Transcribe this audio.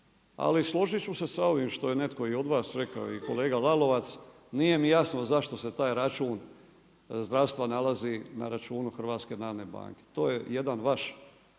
Ali složit ću se sa ovim što je netko i od vas rekao i kolega Lalovac. Nije mi jasno zašto se taj račun zdravstva nalazi na računu Hrvatske narodne banke. To je jedan vaš